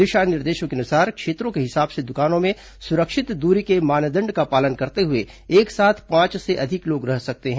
दिशा निर्देश के अनुसार क्षेत्रों के हिसाब से दुकानों में सुरक्षित दूरी के मानदंड का पालन करते हुए एक साथ पाँच से अधिक लोग रह सकते हैं